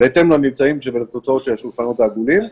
בהתאם לממצאים ולתוצאות השולחנות העגולים.